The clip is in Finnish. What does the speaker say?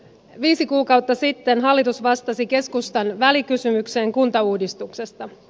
viisi kuukautta sitten hallitus vastasi keskustan välikysymykseen kuntauudistuksesta